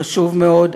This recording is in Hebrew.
חשוב מאוד,